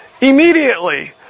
Immediately